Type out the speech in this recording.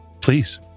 Please